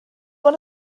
one